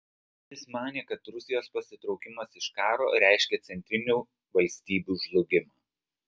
jis manė kad rusijos pasitraukimas iš karo reiškia centrinių valstybių žlugimą